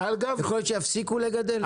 יכול להיות שיפסיקו לגדל?